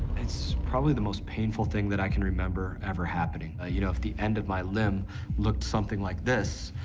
it's probably the most painful thing that i can remember ever happening. ah you know, if the end of my limb looked something like this,